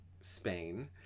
Spain